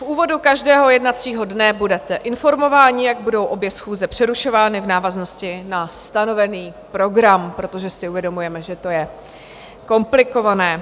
V úvodu každého jednacího dne budete informováni, jak budou obě schůze přerušovány v návaznosti na stanovený program, protože si uvědomujeme, že to je komplikované.